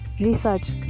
research